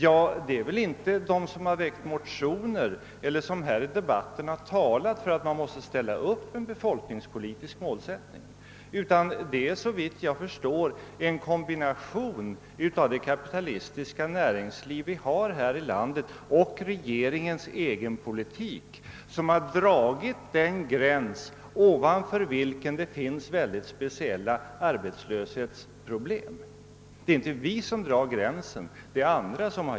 Det är väl inte de som väckt motioner eller som här i debatten talat för en befolkningspolitisk målsättning. Såvitt jag förstår är det en kombination av det kapitalistiska näringslivet och regeringens egen politik som dragit den gräns, ovanför vilken det finns mycket speciella arbetslöshetsproblem. Det är inte vi som drar gränsen utan andra.